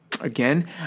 again